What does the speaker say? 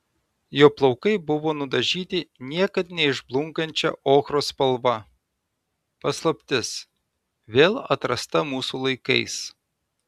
jo plaukai buvo nudažyti niekad neišblunkančia ochros spalva paslaptis vėl atrasta mūsų laikais